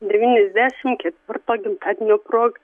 devyniasdešim ketvirto gimtadienio proga